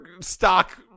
stock